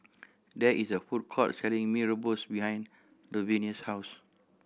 there is a food court selling Mee Rebus behind Luvenia's house